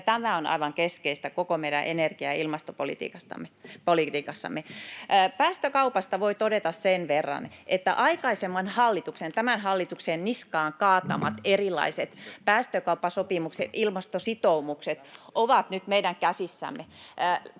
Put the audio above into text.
Tämä on aivan keskeistä koko meidän energia- ja ilmastopolitiikassamme. Päästökaupasta voi todeta sen verran, että aikaisemman hallituksen tämän hallituksen niskaan kaatamat erilaiset päästökauppasopimuksen ilmastositoumukset ovat nyt meidän käsissämme.